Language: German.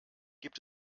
gibt